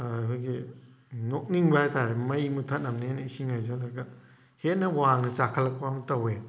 ꯑꯩꯈꯣꯏꯒꯤ ꯅꯣꯛꯅꯤꯡꯕ ꯍꯥꯏꯇꯥꯔꯦ ꯃꯩ ꯃꯨꯠꯊꯠꯅꯕꯅꯦꯅ ꯏꯁꯤꯡ ꯍꯩꯖꯜꯂꯒ ꯍꯦꯟꯅ ꯋꯥꯡꯅ ꯆꯥꯛꯈꯠꯂꯛꯄ ꯑꯃ ꯇꯧꯋꯦ